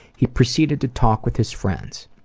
he proceeded to talk with his friends,